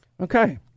Okay